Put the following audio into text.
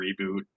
reboot